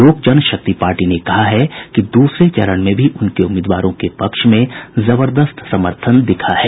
लोक जनशक्ति पार्टी ने कहा है कि दूसरे चरण में भी उनके उम्मीदवारों के पक्ष में जबरदस्त जनसमर्थन दिखा है